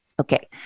Okay